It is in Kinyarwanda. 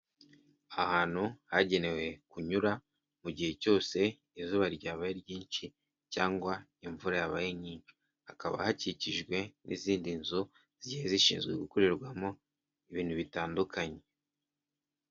Ahantu hagenewe kunyura mu gihe cyose izuba ryabaye ryinshi cyangwa imvura yabaye nyinshi hakaba hakikijwe n'izindi nzu zigiye zishinzwe gukorerwamo ibintu bitandukanye.